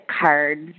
cards